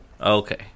Okay